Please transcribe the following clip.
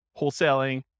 wholesaling